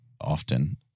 often